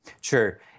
Sure